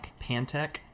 Pantech